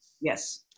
Yes